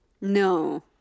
no